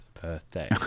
birthday